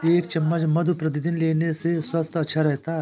एक चम्मच मधु प्रतिदिन लेने से स्वास्थ्य अच्छा रहता है